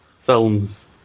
films